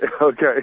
Okay